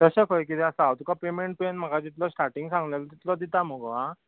तशें खंय किदें आसा हांव तुका पेमेंट तुवें म्हाका जितलो स्टाटींग सांगलेलो तितलो दिता मुगो आ